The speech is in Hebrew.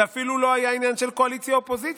זה אפילו לא היה עניין של קואליציה אופוזיציה.